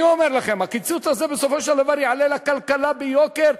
אני אומר לכם: הקיצוץ הזה בסופו של דבר יעלה לכלכלה ביוקר,